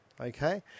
Okay